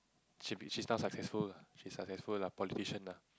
she be she now's successful she's successful lah politician lah